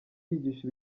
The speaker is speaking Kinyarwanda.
yigisha